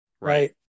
Right